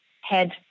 head